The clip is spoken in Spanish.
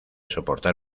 soportar